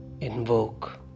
invoke